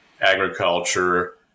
agriculture